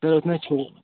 तो उसमें